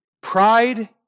Pride